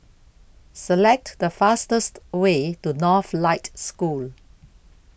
Select The fastest Way to Northlight School